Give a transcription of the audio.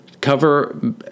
cover